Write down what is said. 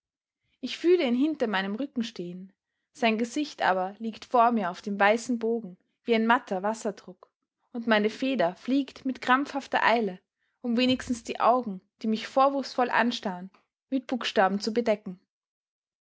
ich fühle ihn hinter meinem rücken stehen sein gesicht aber liegt vor mir auf dem weißen bogen wie ein matter wasserdruck und meine feder fliegt mit krampfhafter eile um wenigstens die augen die mich vorwurfsvoll anstarren mit buchstaben zu bedecken